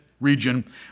region